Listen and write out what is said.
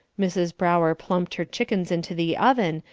mrs. brower plumped her chickens into the oven,